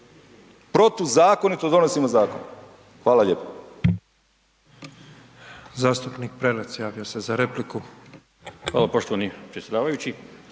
Protuzakonito donosimo zakone. Hvala lijepo.